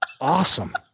Awesome